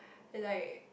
like